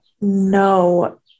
No